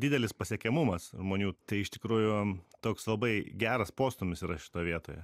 didelis pasiekiamumas žmonių tai iš tikrųjų toks labai geras postūmis yra šitoj vietoje